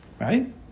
Right